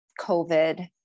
COVID